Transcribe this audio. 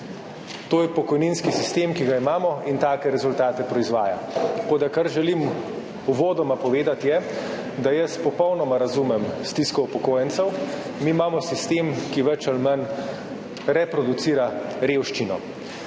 To je pokojninski sistem, ki ga imamo in take rezultate proizvaja. Tako da, kar želim uvodoma povedati, je, da jaz popolnoma razumem stisko upokojencev. Mi imamo sistem, ki več ali manj reproducira revščino.